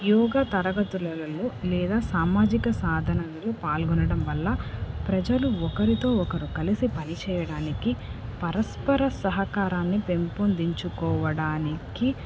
యోగ తరగతులలలో లేదా సామాజిక సాధనలు పాల్గొనడం వల్ల ప్రజలు ఒకరితో ఒకరు కలిసి పనిచేయడానికి పరస్పర సహకారాన్ని పెంపొందించుకోవడానికి